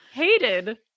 hated